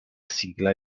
sigla